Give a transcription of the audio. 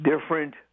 different